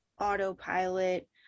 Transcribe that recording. autopilot